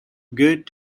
good